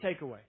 takeaway